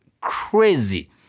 crazy